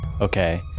Okay